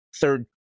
third